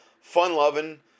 fun-loving